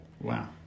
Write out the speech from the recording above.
Wow